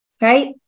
Right